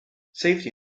safety